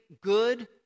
good